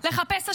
לחפש אשמים,